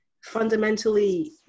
fundamentally